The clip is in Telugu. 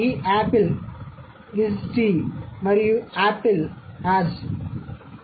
కాబట్టి ఈ ఆపిల్ ఈజ్ టిez t మరియు ఆపిల్ అజ్"az